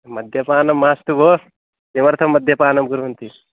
मद्यपानं मास्तु भोः किमर्थं मद्यपानं कुर्वन्ति